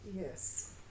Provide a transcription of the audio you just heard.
yes